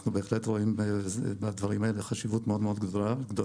אנחנו בהחלט רואים בדברים האלה חשיבות מאוד מאוד גדולה,